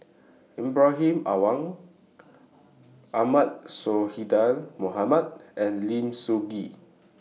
Ibrahim Awang Ahmad Sonhadji Mohamad and Lim Sun Gee